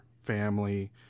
family